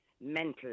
mental